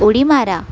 उडी मारा